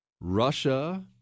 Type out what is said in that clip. Russia